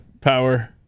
power